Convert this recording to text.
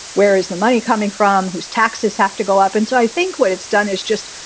where is the money coming from? whose taxes have to go up? and so i think what it's done is just,